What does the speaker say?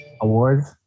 awards